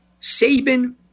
Saban